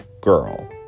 girl